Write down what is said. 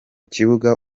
kibuga